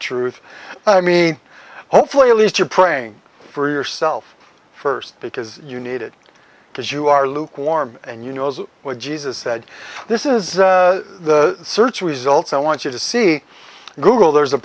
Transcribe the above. truth i mean hopefully at least you're praying for yourself first because you needed because you are lukewarm and you know what jesus said this is the search results i want you to see google there's